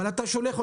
אז מה השינוי?